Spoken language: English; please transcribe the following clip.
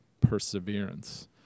perseverance